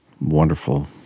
wonderful